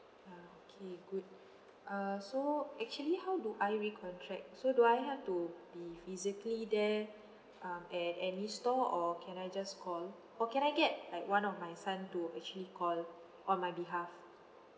okay good uh so actually how do I recontract so do I have to be physically there um at any store or can I just call or can I get like one of my son to actually call on my behalf